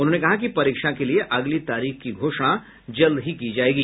उन्होंने कहा कि परीक्षा के लिए अगली तारीख की घोषणा जल्द ही की जाएगी